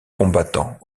combattant